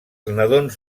nadons